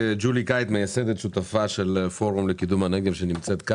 ג'ולי קייא, מייסדת שותפה של פורום לקידום הנגב.